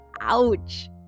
ouch